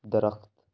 درخت